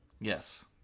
yes